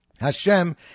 Hashem